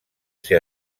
ser